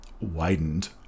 widened